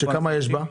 כמה יש בה?